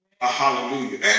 Hallelujah